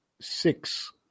six